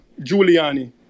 Giuliani